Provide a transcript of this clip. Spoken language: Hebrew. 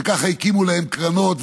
וככה הקימו להם קרנות,